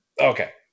Okay